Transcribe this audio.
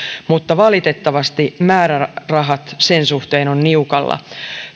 mutta valitettavasti määrärahat sen suhteen ovat niukalla